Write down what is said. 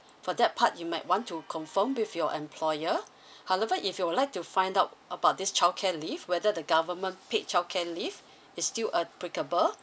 for that part you might want to confirm with your employer however if you would like to find out about this childcare leave whether the government paid childcare leave it's still applicable